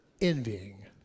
envying